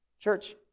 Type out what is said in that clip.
Church